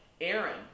Aaron